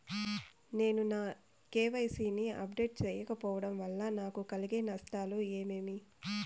నేను నా కె.వై.సి ని అప్డేట్ సేయకపోవడం వల్ల నాకు కలిగే నష్టాలు ఏమేమీ?